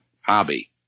Hobby